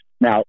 Now